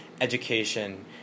education